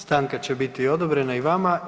Stanka će biti odobrena i vama.